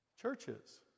churches